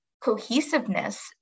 cohesiveness